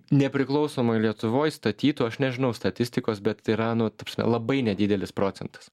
nepriklausomoj lietuvoj statytų aš nežinau statistikos bet yra nu ta prasme labai nedidelis procentas